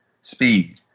speed